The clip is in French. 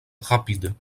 rapide